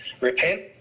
repent